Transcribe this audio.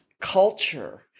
culture